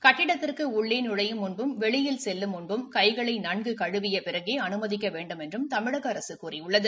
கட்டிடத்திற்கு உள்ளே நுழையும் முன்பும் வெளியில் செல்லும் முன்பும் கைகளை நன்கு கழுவிய பிறகே அனுமதிக்க வேண்டுமென்றும் தமிழக அரசு கூறியுள்ளது